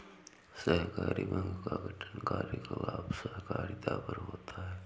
सहकारी बैंक का गठन कार्यकलाप सहकारिता पर होता है